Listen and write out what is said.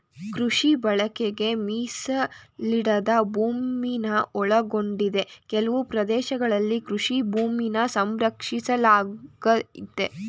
ಕೃಷಿ ಬಳಕೆಗೆ ಮೀಸಲಿಡದ ಭೂಮಿನ ಒಳಗೊಂಡಿದೆ ಕೆಲವು ಪ್ರದೇಶದಲ್ಲಿ ಕೃಷಿ ಭೂಮಿನ ಸಂರಕ್ಷಿಸಲಾಗಯ್ತೆ